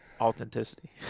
Authenticity